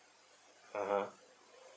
(uh huh)